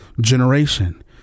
generation